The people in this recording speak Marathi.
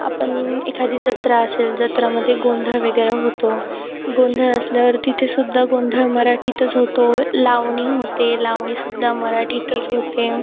आपण एखादी जत्रा असेल जत्रामधे गोंधळ वगैरे होतो गोंधळ असल्यावर तिथेसुद्धा गोंधळ मराठीतच होतो लावणी होते लावणीसुद्धा मराठीतच होते